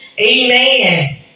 amen